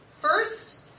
First